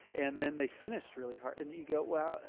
and then they finished really hard. and you go, well,